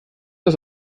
das